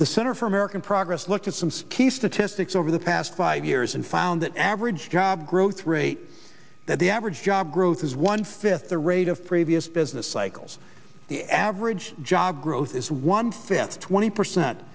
the center for american progress looked at some ski statistics over the past five years and found that average job growth rate that the average job growth is one fifth the rate of previous business cycles the average job growth is one fifth twenty percent